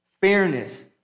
fairness